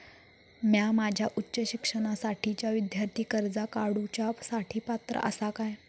म्या माझ्या उच्च शिक्षणासाठीच्या विद्यार्थी कर्जा काडुच्या साठी पात्र आसा का?